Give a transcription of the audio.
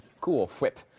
Cool-whip